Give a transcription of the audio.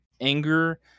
anger